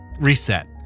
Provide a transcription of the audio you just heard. reset